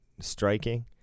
striking